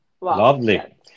Lovely